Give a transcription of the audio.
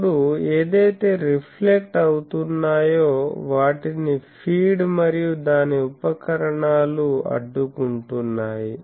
ఇప్పుడు ఏదైతే రిఫ్లెక్ట్ అవుతున్నాయో వాటిని ఫీడ్ మరియు దాని ఉపకరణాలు అడ్డుకుంటున్నాయి